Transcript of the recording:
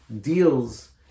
deals